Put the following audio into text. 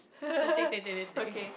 take take take take take